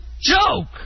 joke